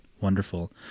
wonderful